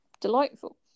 delightful